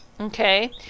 Okay